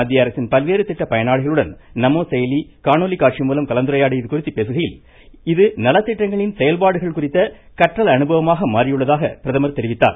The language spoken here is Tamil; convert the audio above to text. மத்திய அரசின் பல்வேறு திட்ட பயனாளிகளுடன் நமோ செயலி காணொலி காட்சி மூலம் கலந்துரையாடியது குறித்து பேசுகையில் இது நலத்திட்டங்களின் செயல்பாடுகள் குறித்த கற்றல் அனுபவமாக மாறியுள்ளதாக பிரதமர் தெரிவித்தார்